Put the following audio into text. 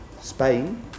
Spain